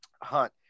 Hunt